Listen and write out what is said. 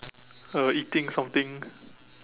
uh eating something